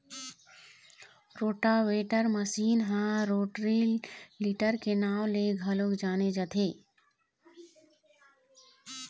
rotavator machine ह rotary tiller के नांव ले घलोक जाने जाथे